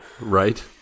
Right